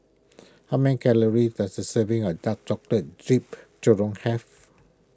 how many calories does a serving of Dark Chocolate Jeep Churro have